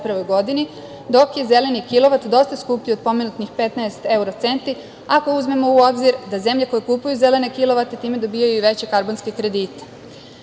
dok je zeleni kilovat dosta skuplji od pomenutih 15 evrocenti, ako uzmemo u obzir da zemlje koje kupuju zelene kilovate time dobijaju i veće karbonske kredite.U